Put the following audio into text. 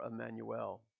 Emmanuel